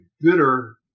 bitter